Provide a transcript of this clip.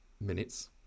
minutes